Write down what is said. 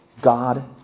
God